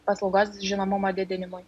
paslaugos žinomumo didinimui